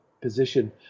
position